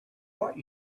what